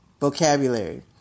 vocabulary